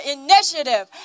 initiative